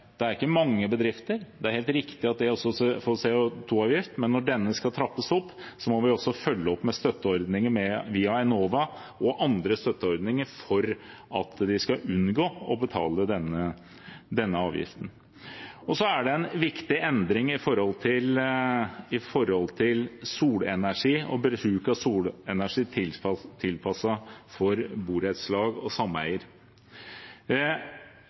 det er ikke mange bedrifter. Det er helt riktig at de også får CO 2 -avgift, men når denne skal trappes opp, må vi følge opp med støtteordninger via Enova og med andre støtteordninger for at de skal unngå å betale denne avgiften. Så er det en viktig endring når det gjelder solenergi og bruk av solenergi